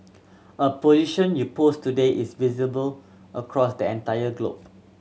a position you post today is visible across the entire globe